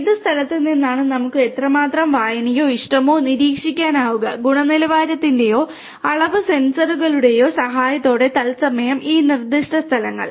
ഏത് സ്ഥലത്തുനിന്നാണ് നമുക്ക് എത്രമാത്രം വായനയോ ഇഷ്ടമോ നിരീക്ഷിക്കാനാകുക ഗുണനിലവാരത്തിന്റെയോ അളവ് സെൻസറുകളുടെയോ സഹായത്തോടെ തത്സമയം ഈ നിർദ്ദിഷ്ട സ്ഥലങ്ങൾ